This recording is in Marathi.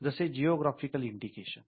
जसे जिओ ग्राफिकल इंडिकेशन